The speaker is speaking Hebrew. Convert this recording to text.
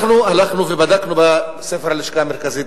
אנחנו הלכנו ובדקנו בספר של הלשכה המרכזית